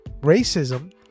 racism